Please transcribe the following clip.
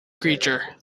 creature